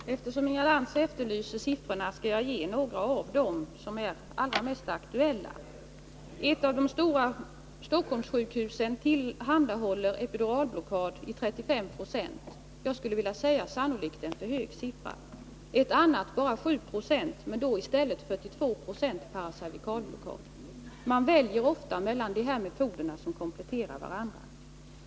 Fru talman! Eftersom Inga Lantz efterlyser siffror skall jag ge några av de aktuella. Ett av de stora Stockholmssjukhusen tillhandahåller epiduralblockad för 35 90 av kvinnorna — sannolikt en för hög siffra. För ett annat är motsvarande siffra bara 7 Jo, men då får i stället 42 20 paracervikalblockad. Man väljer ofta mellan de här metoderna som kompletterar varandra.